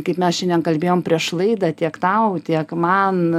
kaip mes šiandien kalbėjom prieš laidą tiek tau tiek man